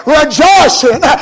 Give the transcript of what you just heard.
rejoicing